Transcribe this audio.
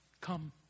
come